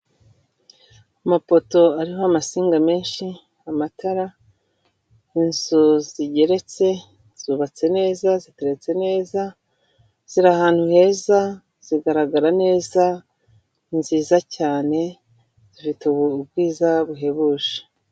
Amapoto ariho amansinga menshi, amatara, inzu zigeretse, zubatse neza, ziteretse neza, ziri ahantu heza, zigaragara neza, ni nziza cyane, zifite ubwiza buhebuje.